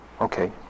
Okay